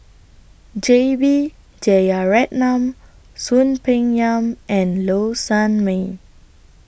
J B Jeyaretnam Soon Peng Yam and Low Sanmay